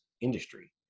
industry